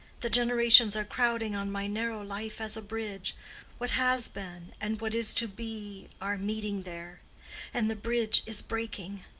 the generations are crowding on my narrow life as a bridge what has been and what is to be are meeting there and the bridge is breaking.